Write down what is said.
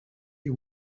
you